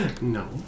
No